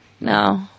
No